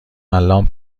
الان